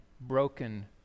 broken